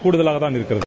கூடுதலாகத்தான் இருக்கிறது